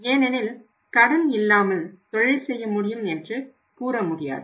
ஏனெனில் கடன் இல்லாமல் தொழில் செய்ய முடியும் என்று கூற முடியாது